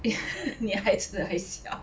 你你孩子还小